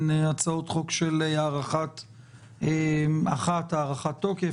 הצעת חוק אחת מדברת על הארכת תוקף,